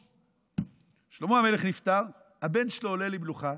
בום, שלמה המלך נפטר, הבן שלו עולה למלוכה,